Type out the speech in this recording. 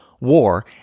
war